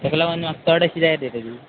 तेका लागोन म्हाका चड अशी जाय तेजी